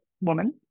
woman